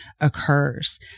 occurs